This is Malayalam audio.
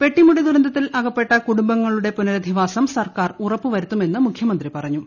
പെട്ടിമുടി ദുരന്തത്തിൽ അകപ്പെട്ട കുടുംബങ്ങളുടെ പുനരധിവാസം സർക്കാർ ഉറപ്പു വരുത്തുമെന്ന് മുഖ്യമന്ത്രി പറഞ്ഞു